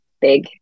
big